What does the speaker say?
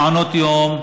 למעונות יום,